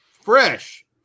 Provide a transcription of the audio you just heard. Fresh